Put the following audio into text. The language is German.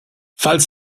falls